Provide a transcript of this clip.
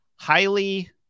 Highly